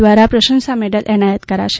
દ્વારા પ્રશંસા મેડલ એનાયત કરાશે